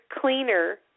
cleaner